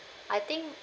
I think